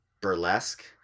Burlesque